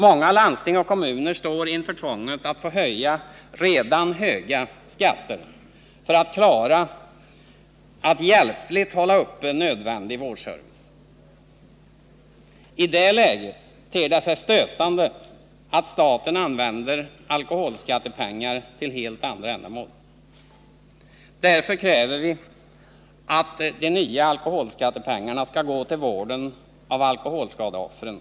Många landsting och kommuner står inför tvånget att behöva höja redan höga skatter för att hjälpligt kunna hålla uppe nödvändig vårdservice. I det läget ter det sig stötande att staten använder alkoholskattepengar till helt andra ändamål. Därför kräver vi att de nya alkoholskattepengarna skall gå till vården av alkoholskadeoffren.